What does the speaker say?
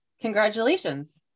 Congratulations